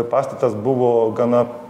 pastatas buvo gana